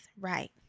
right